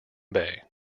bay